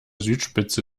südspitze